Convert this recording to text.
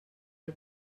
del